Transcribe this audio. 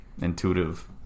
intuitive